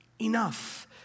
enough